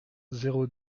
zéro